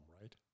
right